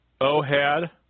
Ohad